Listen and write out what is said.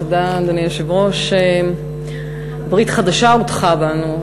אדוני היושב-ראש, תודה, "ברית חדשה" הוטחה בנו.